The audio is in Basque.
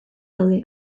daude